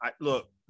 Look